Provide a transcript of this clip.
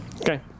Okay